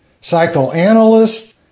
psychoanalysts